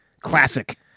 Classic